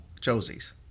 Josie's